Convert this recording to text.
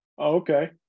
Okay